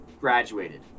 graduated